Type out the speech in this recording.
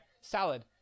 salad